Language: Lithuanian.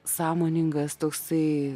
sąmoningas toksai